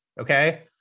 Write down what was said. Okay